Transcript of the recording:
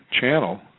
Channel